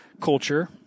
culture